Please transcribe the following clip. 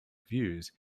views